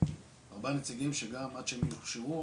ארבעה נציגים שגם עד שהם יוכשרו,